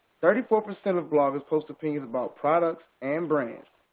thirty-four percent of bloggers post opinions about products and brands.